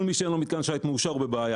כל מי שאין לו מתקן שיט מאושר הוא בבעיה.